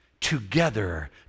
Together